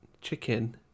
chicken